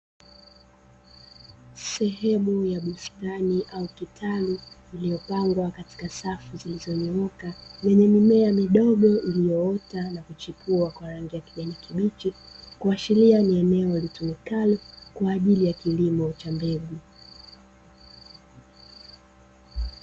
Sehemu ya bustani au kitalu iliyopangwa katika safu zilizonyooka yenye mimea midgo iliyoota na kuchipua kwa rangi ya kijani kibichi kuashiria ni eneo litumikalo kwa ajili ya kilimo cha mbegu.